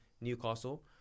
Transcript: Newcastle